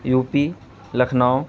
you P Lucknow